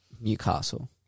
Newcastle